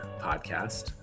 podcast